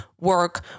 work